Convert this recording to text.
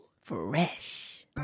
fresh